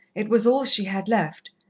it was all she had left.